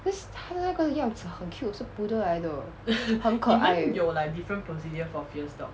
cause 它那个样子很 cute 是 poodle 来的很可爱